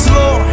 Lord